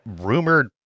rumored